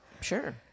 Sure